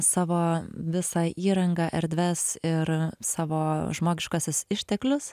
savo visą įrangą erdves ir savo žmogiškuosius išteklius